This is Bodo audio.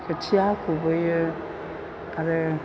खोथिया खुबैयो आरो